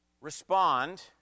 respond